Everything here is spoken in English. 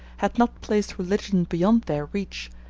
had not placed religion beyond their reach,